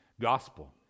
gospel